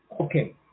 Okay